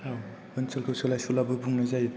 आव ओनसोलखौ सोलाय सुलाबो बुंनाय जायो